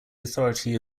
authority